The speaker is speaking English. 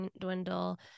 dwindle